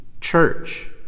church